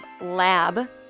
Lab